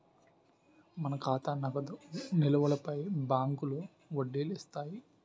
మన ఖాతా నగదు నిలువులపై బ్యాంకులో వడ్డీలు ఇస్తాయి